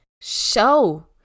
show